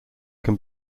can